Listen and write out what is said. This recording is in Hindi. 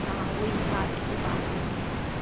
हाँ हाँ वही पार्क के पास में जी